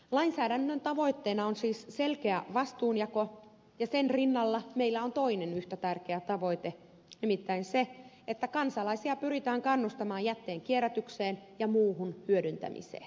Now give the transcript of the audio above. lainsäädännön tavoitteena on siis selkeä vastuunjako ja sen rinnalla meillä on toinen yhtä tärkeä tavoite nimittäin se että kansalaisia pyritään kannustamaan jätteen kierrätykseen ja muuhun hyödyntämiseen